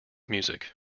music